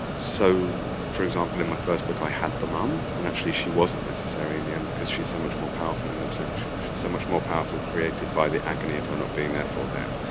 so, for example, in my first book i had the mom, and actually she wasn't necessary in the end, because she's so much more powerful in absentia. she's so much more powerful created by the agony of her not being there for them,